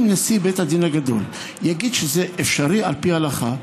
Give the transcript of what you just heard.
אם נשיא בית הדין הגדול יגיד שזה אפשרי על פי ההלכה,